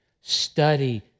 study